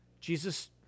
Jesus